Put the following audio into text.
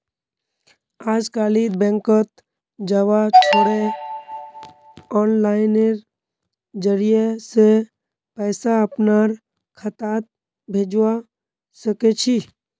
अजकालित बैंकत जबा छोरे आनलाइनेर जरिय स पैसा अपनार खातात भेजवा सके छी